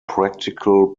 practical